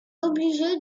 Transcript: obligé